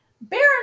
Baron